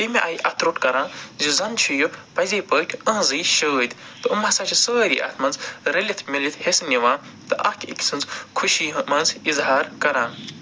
تَمہِ آیہِ اَتھٕ روٚٹ کَران زِ زَن چھِ یہِ پٔزی پٲٹھۍ یِہنٛزٕے شٲدۍ تہٕ یِم ہَسا چھِ سٲرے اَتھ مَنٛز رٔلِتھ مِلِتھ حِصہِ نِوان تہٕ اکھ أکۍ سٕنٛز خوشی مَنٛز اِظہار کران